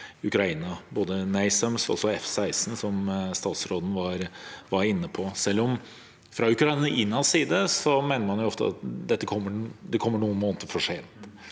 både NASAMS og F16, som statsråden var inne på, selv om man fra Ukrainas side ofte mener at dette kommer noen måneder for sent.